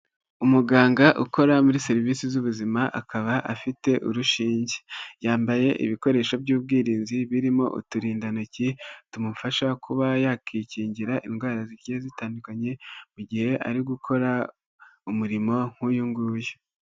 Umuganga ukora muri serivisi z'ubuzima akaba afite urushinge, yambaye ibikoresho by'ubwirinzi, birimo uturindantoki, tumufasha kuba yakikingira indwara zigiye zitandukanye, mu gihe ari gukora, umurimo nk'uyu nguyu.